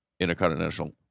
Intercontinental